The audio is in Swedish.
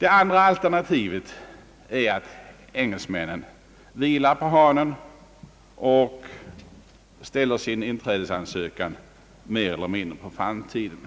Det andra alternativet är att engelsmännen vilar på hanen och ställer sin inträdesansökan mer eller mindre på framtiden,